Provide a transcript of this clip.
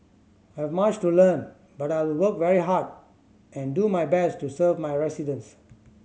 I've much to learn but I will work very hard and do my best to serve my residents